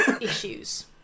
issues